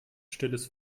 stilles